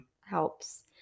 helps